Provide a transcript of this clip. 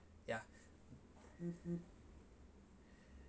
ya